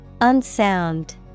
Unsound